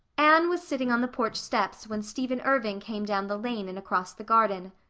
anne was sitting on the porch steps when stephen irving came down the lane and across the garden.